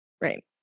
Right